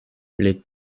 les